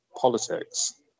politics